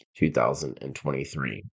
2023